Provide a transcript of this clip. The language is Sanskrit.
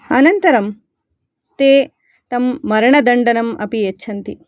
अनन्तरं ते तं मरणदण्डनम् अपि यच्छन्ति